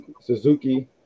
Suzuki